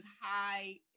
high